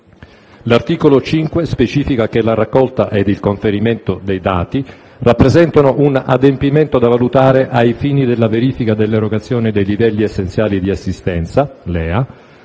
L'articolo 5 specifica che la raccolta ed il conferimento dei dati rappresentano un adempimento da valutare ai fini della verifica dell'erogazione dei livelli essenziali di assistenza (LEA)